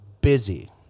busy